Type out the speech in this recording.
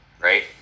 right